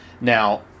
Now